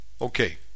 Okay